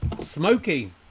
smoky